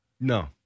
No